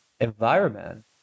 environment